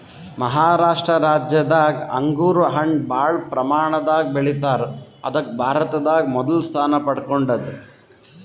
ಮಹಾರಾಷ್ಟ ರಾಜ್ಯದಾಗ್ ಅಂಗೂರ್ ಹಣ್ಣ್ ಭಾಳ್ ಪ್ರಮಾಣದಾಗ್ ಬೆಳಿತಾರ್ ಅದಕ್ಕ್ ಭಾರತದಾಗ್ ಮೊದಲ್ ಸ್ಥಾನ ಪಡ್ಕೊಂಡದ್